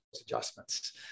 adjustments